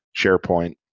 SharePoint